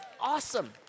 awesome